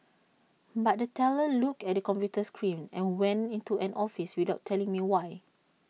but the teller looked at the computer screen and went into an office without telling me why